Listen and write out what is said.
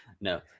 No